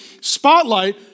spotlight